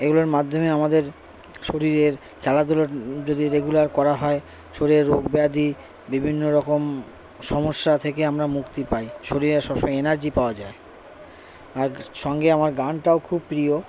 এগুলোর মাধ্যমে আমাদের শরীরের খেলাধুলো যদি রেগুলার করা হয় শরীরে রোগ ব্যাধি বিভিন্ন রকম সমস্যা থেকে আমরা মুক্তি পাই শরীরে এনার্জি পাওয়া যায় আর সঙ্গে আমার গানটাও খুব প্রিয়